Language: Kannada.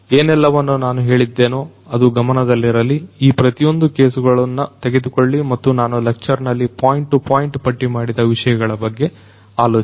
ಏನೆಲ್ಲವನ್ನು ನಾನು ಹೇಳಿದ್ದೇನು ಅದು ಗಮನದಲ್ಲಿರಲಿ ಈ ಪ್ರತಿಯೊಂದು ವಿವಿಧ ಕೇಸುಗಳನ್ನು ತೆಗೆದುಕೊಳ್ಳಿ ಮತ್ತು ನಾನು ಲೆಕ್ಚರ್ ನಲ್ಲಿ ಪಾಯಿಂಟ್ ಟು ಪಾಯಿಂಟ್ ಪಟ್ಟಿಮಾಡಿದ ವಿಷಯಗಳ ಬಗ್ಗೆ ಆಲೋಚಿಸಿ